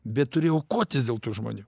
bet turi aukotis dėl tų žmonių